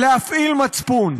להפעיל מצפון.